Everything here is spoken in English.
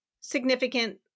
significant